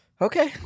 Okay